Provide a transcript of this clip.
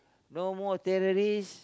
no more terrorist